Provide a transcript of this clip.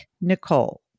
Nicole